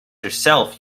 herself